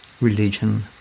religion